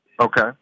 Okay